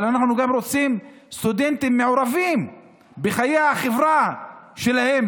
אבל אנחנו גם רוצים סטודנטים מעורבים בחיי החברה שלהם,